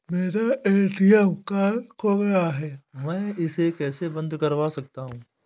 मेरा ATM card खो गया है मैं इसे कैसे बंद करवा सकता हूँ?